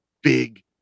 big